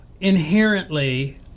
inherently